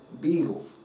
Beagle